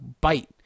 bite